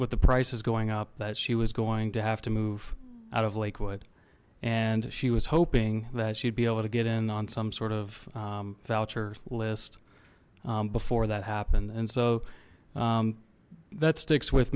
what the price is going up that she was going to have to move out of lakewood and she was hoping that she'd be able to get in on some sort of voucher list before that happened and so that sticks with